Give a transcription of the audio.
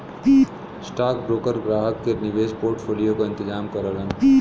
stockbroker ग्राहक के निवेश पोर्टफोलियो क इंतजाम करलन